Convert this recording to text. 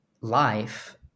life